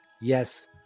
Yes